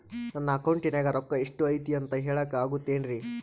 ನನ್ನ ಅಕೌಂಟಿನ್ಯಾಗ ರೊಕ್ಕ ಎಷ್ಟು ಐತಿ ಅಂತ ಹೇಳಕ ಆಗುತ್ತೆನ್ರಿ?